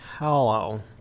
Hello